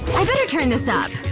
i better turn this up